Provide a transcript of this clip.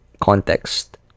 context